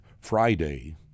Friday